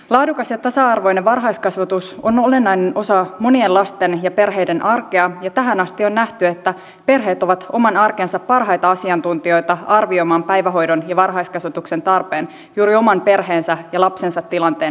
laadukas ja tasa arvoinen varhaiskasvatus on olennainen osa monien lasten ja perheiden arkea ja tähän asti on nähty että perheet ovat oman arkensa parhaita asiantuntijoita arvioimaan päivähoidon ja varhaiskasvatuksen tarpeen juuri oman perheensä ja lapsensa tilanteen näkökulmasta